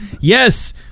yes